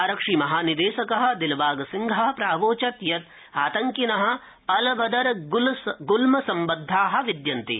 आरक्षिमहानिदेशक दिलबागसिंह प्रावोचत् यत् आतंकिन अल बदर गुल्म सम्बद्धा विद्यन्ते